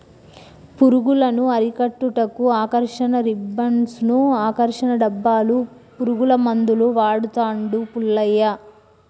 పురుగులను అరికట్టుటకు ఆకర్షణ రిబ్బన్డ్స్ను, ఆకర్షణ డబ్బాలు, పురుగుల మందులు వాడుతాండు పుల్లయ్య